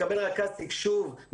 מקבל רכז תקשוב,